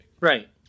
Right